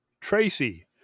Tracy